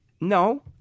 no